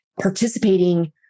participating